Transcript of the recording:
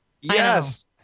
Yes